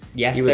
yes,